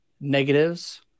negatives